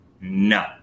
No